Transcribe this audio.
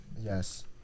Yes